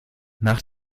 nach